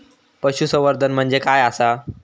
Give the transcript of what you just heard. पशुसंवर्धन म्हणजे काय आसा?